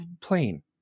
plane